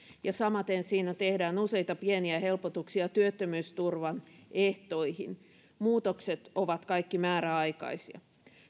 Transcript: ja samaten siinä tehdään useita pieniä helpotuksia työttömyysturvan ehtoihin muutokset ovat kaikki määräaikaisia